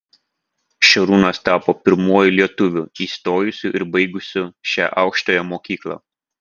šarūnas tapo pirmuoju lietuviu įstojusiu ir baigusiu šią aukštąją mokyklą